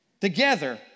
Together